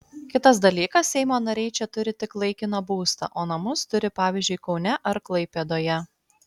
kitas dalykas seimo nariai čia turi tik laikiną būstą o namus turi pavyzdžiui kaune ar klaipėdoje